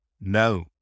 No